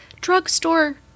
drugstore